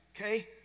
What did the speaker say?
Okay